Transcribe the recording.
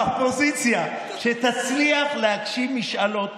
שמהאופוזיציה תצליח להגשים משאלות,